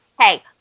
Hey